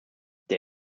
der